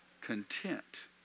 content